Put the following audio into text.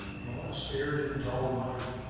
mona stared in dull wonder.